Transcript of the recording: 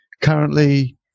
currently